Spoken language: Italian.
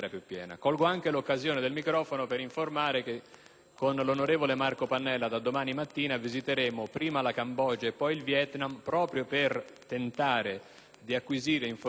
con l'onorevole Marco Pannella da domani mattina visiterò prima la Cambogia e poi il Vietnam proprio per tentare di acquisire informazioni relativamente a due gruppi